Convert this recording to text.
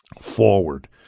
forward